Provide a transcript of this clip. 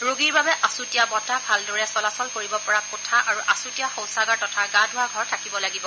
ৰোগীৰ বাবে আছুতীয়া বতাহ ভালদৰে চলাচল কৰিব পৰা কোঠা আৰু আছুতীয়া শৌচাগাৰ তথা গা ধোৱা ঘৰ থাকিব লাগিব